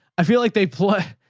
i feel like they play,